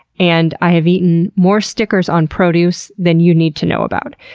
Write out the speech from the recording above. and i have eaten more stickers on produce than you need to know about.